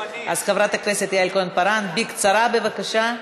אז חברת הכנסת יעל כהן-פארן, בקצרה בבקשה.